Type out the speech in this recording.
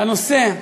לנושא,